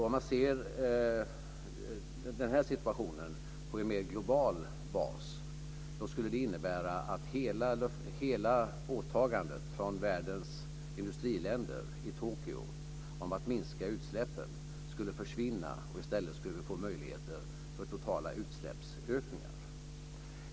Om man ser den här situationen på en mer global bas innebär det att hela åtagandet från världens industriländer om att minska utsläppen skulle försvinna och att vi i stället skulle få möjligheter för totala utsläppsökningar.